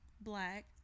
black